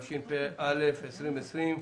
התשפ"א-2020,